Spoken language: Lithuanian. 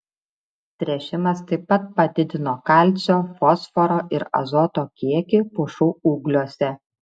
tręšimas taip pat padidino kalcio fosforo ir azoto kiekį pušų ūgliuose